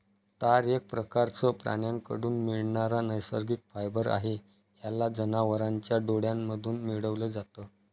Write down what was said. तार एक प्रकारचं प्राण्यांकडून मिळणारा नैसर्गिक फायबर आहे, याला जनावरांच्या डोळ्यांमधून मिळवल जात